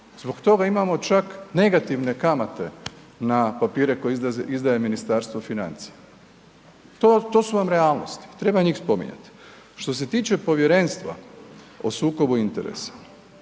Zbog toga imamo čak negativne kamate na papire koje izdaje Ministarstvo financija. To su vam realnosti, treba njih spominjati. Što se tiče Povjerenstva o sukobu interesa,